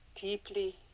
deeply